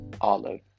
Olive